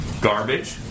Garbage